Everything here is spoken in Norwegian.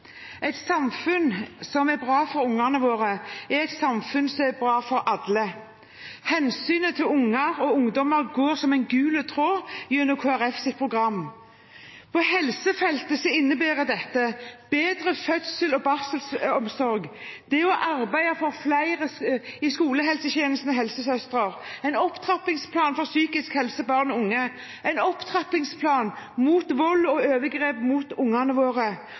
Et samfunn som er bra for ungene våre, er et samfunn som er bra for alle. Hensynet til unger og ungdommer går som en gul tråd gjennom Kristelig Folkepartis program. På helsefeltet innebærer dette bedre fødsels- og barselomsorg, å arbeide for flere i skolehelsetjenesten og flere helsesøstre, en opptrappingsplan for barn og unges psykiske helse, en opptrappingsplan mot vold og overgrep mot ungene våre